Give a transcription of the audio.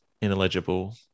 ineligible